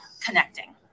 connecting